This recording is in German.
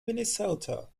minnesota